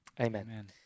Amen